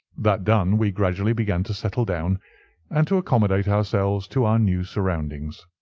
that done, we gradually began to settle down and to accommodate ourselves to our new surroundings.